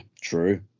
true